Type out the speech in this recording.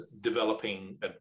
developing